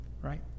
Right